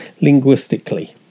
linguistically